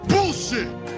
Bullshit